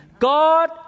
God